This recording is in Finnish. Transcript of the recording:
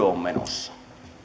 on menossa